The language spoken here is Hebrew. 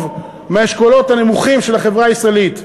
מהאשכולות הנמוכים של החברה הישראלית,